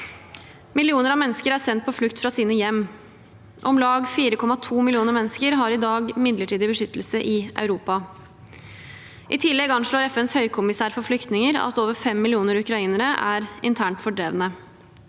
Millioner av mennesker er sendt på flukt fra sine hjem. Om lag 4,2 millioner mennesker har i dag midlertidig beskyttelse i Europa. I tillegg anslår FNs høykommissær for flyktninger at over fem millioner ukrainere er internt fordrevne.